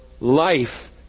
life